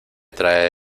trae